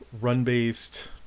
run-based